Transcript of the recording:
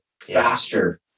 faster